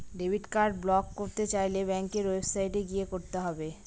debit card block করতে চাইলে ব্যাঙ্কের ওয়েবসাইটে গিয়ে করতে হবে